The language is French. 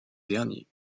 dernier